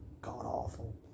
god-awful